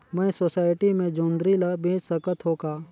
मैं सोसायटी मे जोंदरी ला बेच सकत हो का?